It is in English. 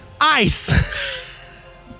Ice